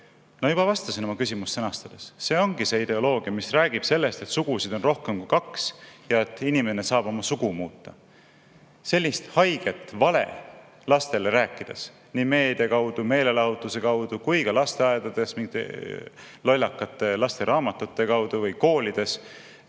Ma juba vastasin oma küsimust sõnastades. See ongi see ideoloogia, mis räägib sellest, et sugusid on rohkem kui kaks ja et inimene saab oma sugu muuta. Sellist haiget valet lastele räägitakse lastele nii meedia kaudu, meelelahutuse kaudu kui ka lasteaedades mingite lollakate lasteraamatute kaudu, samuti koolides